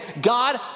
God